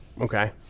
Okay